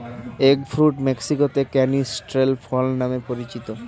egg fruit মেক্সিকোতে canistel ফল নামে পরিচিত